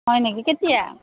হয় নেকি কেতিয়া